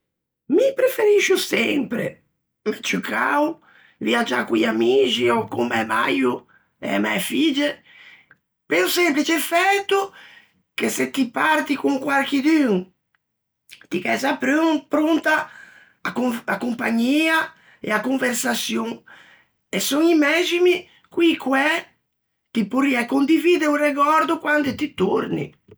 Mi preferiscio sempre, m'é ciù cao, viagiâ con i amixi, ò con mæ maio e e mæ figge, pe-o semplice fæto che se ti parti con quarchidun ti gh'æ za pronta a conversaçion, a compagnia e a conversaçion e son i mæximi co-i quæ ti porriæ condividde o regòrdo quande ti torni.